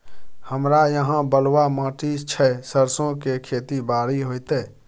हमरा यहाँ बलूआ माटी छै सरसो के खेती बारी होते?